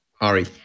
Ari